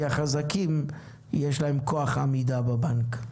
כי לחזקים יש כוח עמידה בבנק,